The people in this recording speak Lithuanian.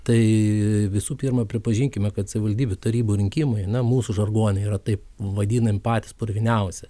tai visų pirma pripažinkime kad savivaldybių tarybų rinkimai na mūsų žargone yra taip vadinami patys purviniausi